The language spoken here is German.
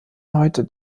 heute